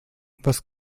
was